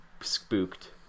spooked